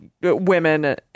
women